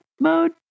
mode